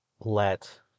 let